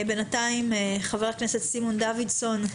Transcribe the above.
בינתיים חבר הכנסת סימון דוידסון,